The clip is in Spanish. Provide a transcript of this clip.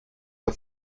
que